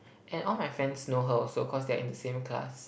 and all my friends know her also cause they are in the same class